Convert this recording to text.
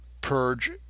purge